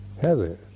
Heather